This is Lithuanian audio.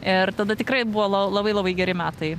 ir tada tikrai buvo la labai labai geri metai